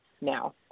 now